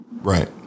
Right